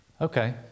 Okay